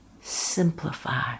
Simplify